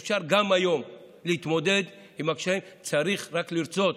אפשר גם היום להתמודד עם הקשיים, צריך רק לרצות.